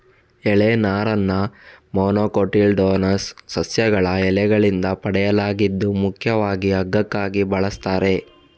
ಎಲೆ ನಾರನ್ನ ಮೊನೊಕೊಟಿಲ್ಡೋನಸ್ ಸಸ್ಯಗಳ ಎಲೆಗಳಿಂದ ಪಡೆಯಲಾಗಿದ್ದು ಮುಖ್ಯವಾಗಿ ಹಗ್ಗಕ್ಕಾಗಿ ಬಳಸ್ತಾರೆ